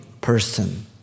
person